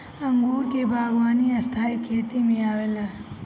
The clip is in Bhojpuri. अंगूर के बागवानी स्थाई खेती में आवेला